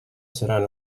seran